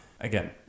Again